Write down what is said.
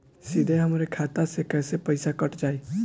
सीधे हमरे खाता से कैसे पईसा कट जाई?